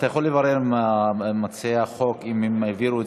אתה יכול לברר עם מציעי החוקים האם הם העבירו את